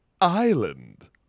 Island